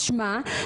משמע,